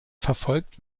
verfolgt